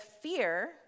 fear